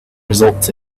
results